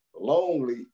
lonely